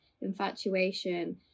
infatuation